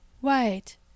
white